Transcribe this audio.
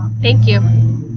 thank you.